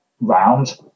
round